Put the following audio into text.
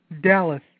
Dallas